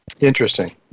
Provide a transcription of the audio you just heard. Interesting